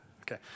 okay